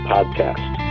Podcast